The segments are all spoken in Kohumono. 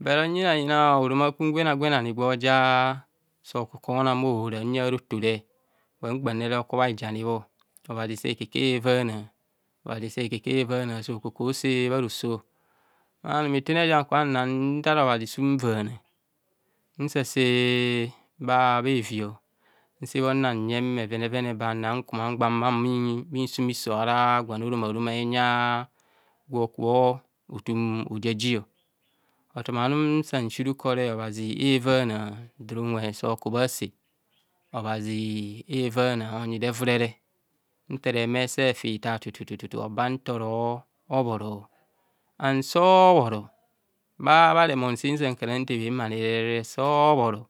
Ora nyiyina oruma kum, gwen gwen ani gweoju oka ku bho onang bha ohora bha huyang a rotove, kpamkpam oku bha hijani bho, obhazi se okakubho ɛvaana se akubho ose bharoso. Mma anum ithine ja kubho nnang othạạ obhazi sa unvaana, se ase bhaa evi ọ nse bho nan nyeng bhevene vene ba na bhainhumo nsum hiso ara gwan oroma roma enya gwe okubho othum ojí-ajì othumanum sang nsi mkor re, obhazi evaana, don unwe sa okubha see, obhazi evaana onyi do evurere nte re ehumo eefi hithatuta tutu oba nta oro obhorọ. Año so obhoro, bharemon sankura ntebhem nre, obhazi so obhono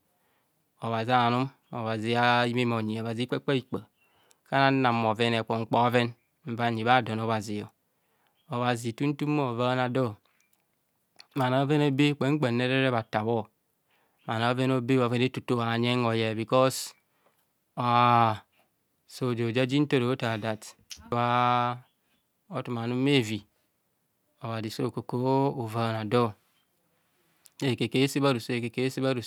nkura nang hekponkpọn a bhoven nyí bha don obhazi. Obhazi ohum thum bho vaana do. Bhanoo a bheven aibe kpam kpam nre bhathabho. Bhano a bheven aibe bhoven etoto habhanyeng hoyeng. Sa ozo ojaji nto orathaa thai othuma num bhevi se ekakubho ese bharoso.